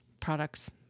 products